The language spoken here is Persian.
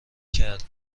کرده